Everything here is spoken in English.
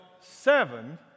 seven